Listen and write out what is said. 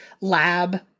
lab